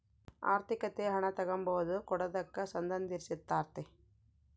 ಆರ್ಥಿಕತೆ ಹಣ ತಗಂಬದು ಕೊಡದಕ್ಕ ಸಂದಂಧಿಸಿರ್ತಾತೆ